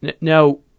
Now